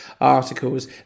articles